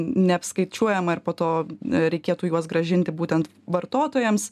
neapskaičiuojama ir po to reikėtų juos grąžinti būtent vartotojams